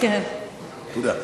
תודה.